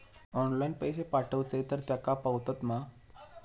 Online पैसे पाठवचे तर तेका पावतत मा?